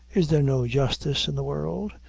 is there no justice in the world?